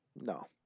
No